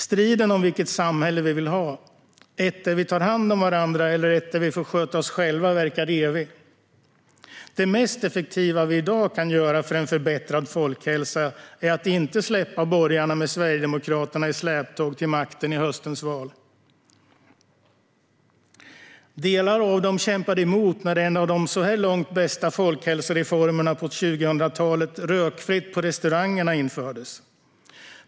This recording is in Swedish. Striden om vilket samhälle vi vill ha, ett där vi tar hand om varandra eller ett där vi får sköta oss själva, verkar evig. Det mest effektiva vi i dag kan göra för en förbättrad folkhälsa är att inte släppa borgarna med Sverigedemokraterna i släptåg till makten i höstens val. Delar av dem kämpade emot när en av de så här långt bästa folkhälsoreformerna på 2000-talet, rökfritt på restaurangerna, infördes.